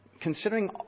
considering